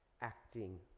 acting